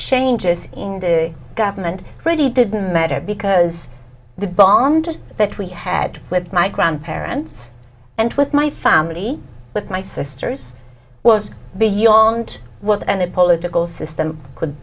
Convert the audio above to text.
changes in government really didn't matter because the bond that we had with my grandparents and with my family with my sisters was beyond what any political system could